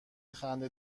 خنده